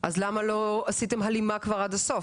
אז למה לא עשיתם הלימה כבר עד הסוף?